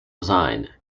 design